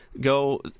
go